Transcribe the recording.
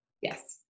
yes